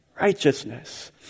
righteousness